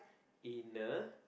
inner